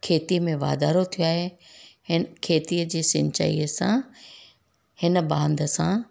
खेती में वाधारो थियो आहे हिन खेतीअ जी सिंचाईअ सां हिन बांध सां